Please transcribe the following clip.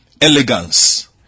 elegance